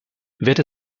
wird